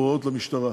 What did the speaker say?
הוראות למשטרה.